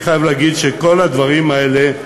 אני חייב להגיד שכל הדברים האלה,